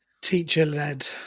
teacher-led